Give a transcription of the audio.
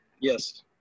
Yes